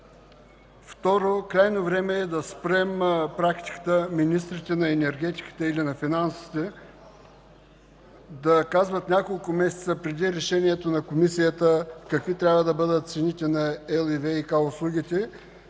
Второ, крайно време е да спрем практиката министрите на енергетиката или на финансите да казват няколко месеца преди решението на Комисията какви трябва да бъдат цените на електро и ВиК услугите,